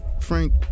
Frank